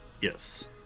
Yes